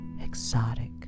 exotic